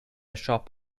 shop